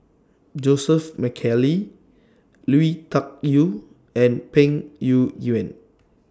Joseph McKally Lui Tuck Yew and Peng Yuyun